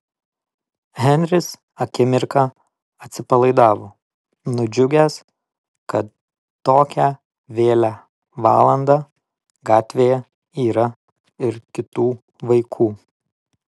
henris akimirką atsipalaidavo nudžiugęs kad tokią vėlią valandą gatvėje yra ir kitų vaikų